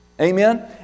Amen